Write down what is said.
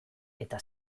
eta